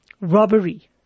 robbery